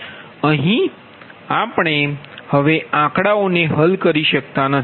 અહીં આપણે હવે આંકડાઓને હલ કરી શકતા નથી